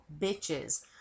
bitches